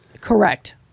Correct